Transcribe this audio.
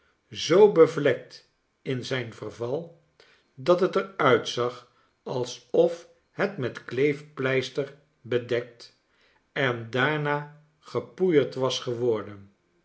zoo bevlekt in zijn verval dat het er uitzag alsof het met kleefpleister bedekt en daarna gepoeierd was geworden